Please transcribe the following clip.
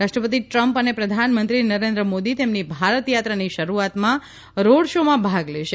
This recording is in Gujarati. રાષ્ટ્રપતિ ટ્રંપ અને પ્રધાનમંત્રી નરેન્દ્ર મોદી તેમની ભારત યાત્રાની શરૂઆતમાં રોડ શોમાં ભાગ લેશે